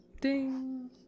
ding